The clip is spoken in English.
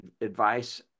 advice